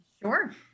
Sure